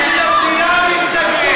פרקליט המדינה מתנגד,